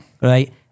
right